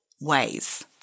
ways